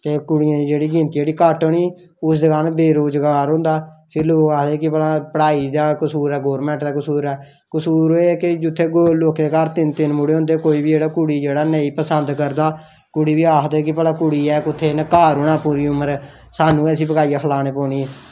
ते कुड़ियें दी जेह्ड़ी घट्ट होनी ते ओह् जोआन जेह्ड़ा बेरोज़गार होंदा किश लोक आक्खदे की पढ़ाई जां गौरमेंट दा कसूर ऐ कसूर एह् ऐ की जित्थें कुदै लोकें दे घर तीन तीन मुढ़े होंदे कोई बी जेह्ड़ा कुड़ी नेईं पसंद करदा कुड़ी गी आक्खदे ऐ की कुड़ी ऐ पूरी उमर इन्ने रौह्ना सानूं इसगी बोआलियै खलानी पौनी